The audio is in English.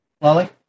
Lolly